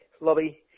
lobby